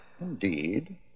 Indeed